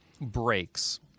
breaks—